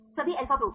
सभी alpha protein